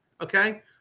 okay